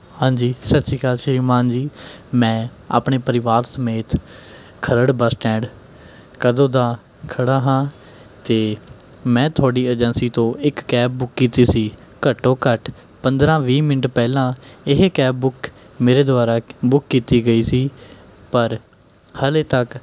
ਹਾਂਜੀ ਸਤਿ ਸ਼੍ਰੀ ਅਕਾਲ ਸ਼੍ਰੀਮਾਨ ਜੀ ਮੈਂ ਆਪਣੇ ਪਰਿਵਾਰ ਸਮੇਤ ਖਰੜ ਬੱਸ ਸਟੈਂਡ ਕਦੋਂ ਦਾ ਖੜ੍ਹਾ ਹਾਂ ਅਤੇ ਮੈਂ ਤੁਹਾਡੀ ਏਜੰਸੀ ਤੋਂ ਇੱਕ ਕੈਬ ਬੁੱਕ ਕੀਤੀ ਸੀ ਘੱਟੋ ਘੱਟ ਪੰਦਰ੍ਹਾਂ ਵੀਹ ਮਿੰਟ ਪਹਿਲਾਂ ਇਹ ਕੈਬ ਬੁੱਕ ਮੇਰੇ ਦੁਆਰਾ ਬੁੱਕ ਕੀਤੀ ਗਈ ਸੀ ਪਰ ਹਾਲੇ ਤੱਕ